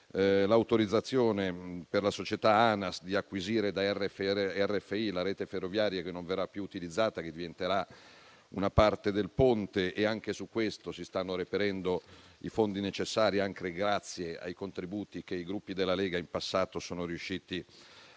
l'autorizzazione per la società ANAS di acquisire da RFI la rete ferroviaria, che non verrà più utilizzata e che diventerà una parte del ponte. Su questo si stanno reperendo i fondi necessari, anche grazie ai contributi che i Gruppi Lega in passato sono riusciti a